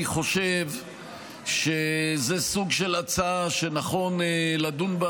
אני חושב שזה סוג של הצעה שנכון לדון בה